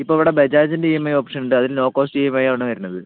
ഇപ്പോൾ ഇവിടെ ബജാജിൻ്റെ ഇ എം ഐ ഒപ്ഷനുണ്ട് അതിൽ നോകോസ്റ്റ് ഇ എം ഐ ആണ് വരണത്